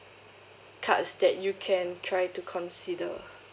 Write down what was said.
cards that you can try to consider